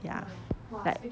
ya like